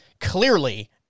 clearly